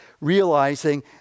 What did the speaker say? realizing